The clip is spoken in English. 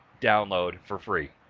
download for free.